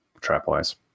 trap-wise